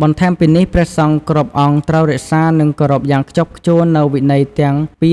បន្ថែមពីនេះ ព្រះសង្ឃគ្រប់អង្គត្រូវរក្សា និងគោរពយ៉ាងខ្ជាប់ខ្ជួននូវវិន័យទាំង ២